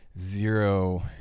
zero